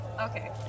Okay